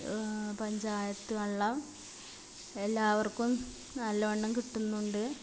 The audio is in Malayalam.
പഞ്ചായത്ത് വെള്ളം എല്ലാവർക്കും നല്ലവണ്ണം കിട്ടുന്നുണ്ട്